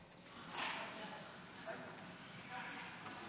ההצעה להעביר את